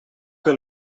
que